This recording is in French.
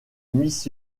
miss